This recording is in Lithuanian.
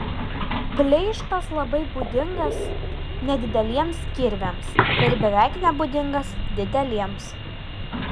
pleištas labai būdingas nedideliems kirviams ir beveik nebūdingas dideliems